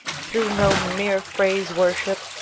through no mere phrase-worship,